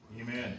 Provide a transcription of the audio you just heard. Amen